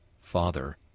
Father